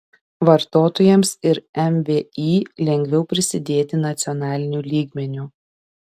vartotojams ir mvį lengviau prisidėti nacionaliniu lygmeniu